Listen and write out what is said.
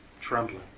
trembling